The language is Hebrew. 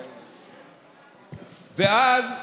ואז,